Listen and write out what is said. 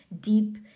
deep